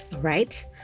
right